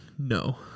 No